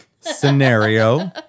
scenario